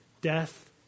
death